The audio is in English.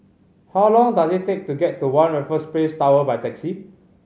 how long does it take to get to One Raffles Place Tower by taxi